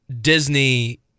Disney